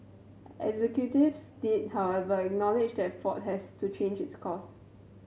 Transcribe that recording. executives did however acknowledge that Ford has to change its course